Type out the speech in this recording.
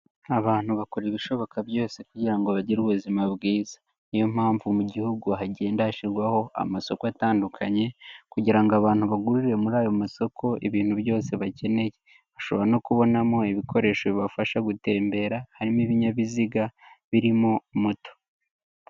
Abantu bakora ibishoboka byose kugira ngo bagire ubuzima bwiza, niyo mpamvu mu gihugu hagenda hashyirwaho amasoko atandukanye, kugira ngo abantu bagurire muri ayo masoko ibintu byose bakeneye, bashobora no kubonamo ibikoresho bibafasha mu gutembera harimo ibinyabiziga birimo moto.